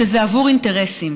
שזה עבור אינטרסים: